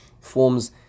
forms